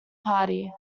party